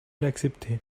l’accepter